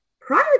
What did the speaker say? Prior